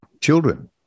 children